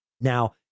Now